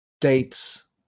dates